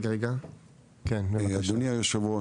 אדוני היושב-ראש,